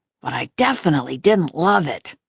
but i definitely didn't love it.